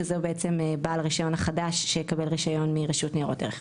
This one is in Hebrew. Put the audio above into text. שזה בעצם בעל רישיון החדש שיקבל רישיון מרשות ניירות ערך.